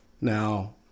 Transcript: Now